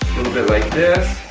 little bit like this,